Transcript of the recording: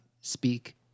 speak